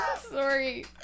Sorry